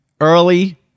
Early